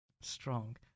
Strong